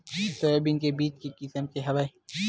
Soybean के बीज के किसम के हवय?